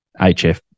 HF –